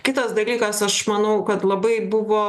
kitas dalykas aš manau kad labai buvo